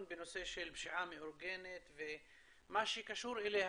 בנושא של פשיעה מאורגנת ומה שקשור אליה,